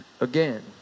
again